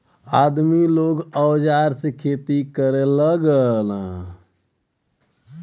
आदमी लोग औजार से खेती करे लगलन